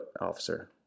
officer